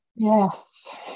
Yes